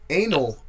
anal